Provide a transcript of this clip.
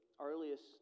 earliest